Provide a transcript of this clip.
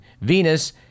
Venus